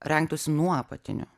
rengtųsi nuo apatinių